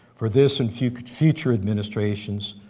for this and future future administrations,